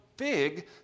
Big